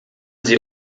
sie